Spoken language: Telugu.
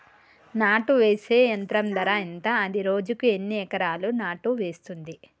నాటు వేసే యంత్రం ధర ఎంత? అది రోజుకు ఎన్ని ఎకరాలు నాటు వేస్తుంది?